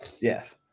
Yes